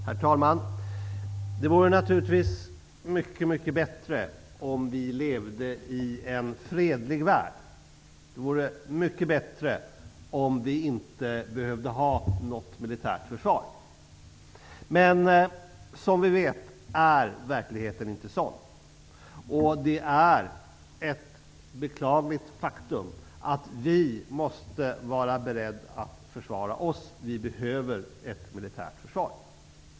Herr talman! Det vore naturligtvis mycket bättre om vi levde i en fredlig värld och om vi inte behövde ha något militärt försvar. Men som vi vet är verkligheten inte sådan. Det är ett beklagligt faktum att vi måste vara beredda att försvara oss. Vi behöver ett militärt försvar.